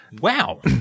Wow